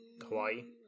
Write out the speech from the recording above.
Hawaii